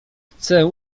chcę